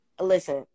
listen